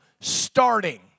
starting